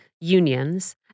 unions